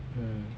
mm